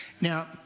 Now